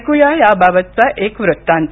ऐक्या याबाबतचा एक वृत्तांत